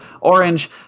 Orange